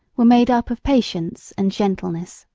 were made up of patience and gentleness,